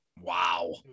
Wow